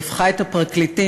היא הפכה את הפרקליטים,